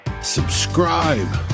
subscribe